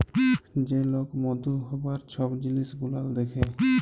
যে লক মধু হ্যবার ছব জিলিস গুলাল দ্যাখে